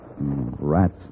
Rats